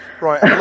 Right